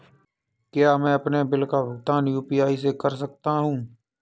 क्या मैं अपने बिल का भुगतान यू.पी.आई से कर सकता हूँ?